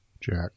Jack